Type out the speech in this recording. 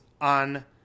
on